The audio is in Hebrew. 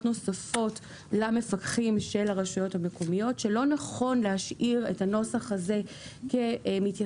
נוספות למפקחים של הרשויות המקומיות שלא נכון להשאיר את הנוסח הזה כמתייחס